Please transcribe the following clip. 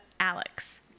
alex